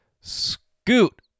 scoot